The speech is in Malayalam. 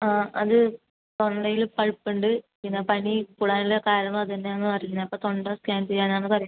ആ അത് തൊണ്ടയിൽ പഴുപ്പുണ്ട് പിന്നെ പനി കൂടാനുള്ള കാരണം അത് തന്നെയാണ് പറഞ്ഞു അപ്പോൾ തൊണ്ട സ്കാൻ ചെയ്യാൻ ആണ് പറഞ്ഞത്